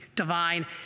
divine